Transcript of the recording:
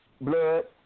Blood